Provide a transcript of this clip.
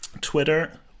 Twitter